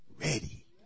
ready